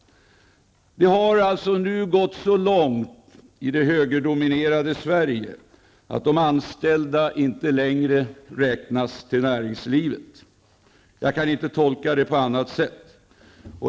Det har alltså gått så långt i det högerdominerade Sverige, att de anställda inte längre räknas till näringslivet. Jag kan inte tolka det på annat sätt.